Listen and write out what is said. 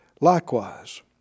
likewise